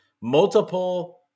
Multiple